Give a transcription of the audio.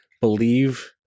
believe